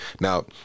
now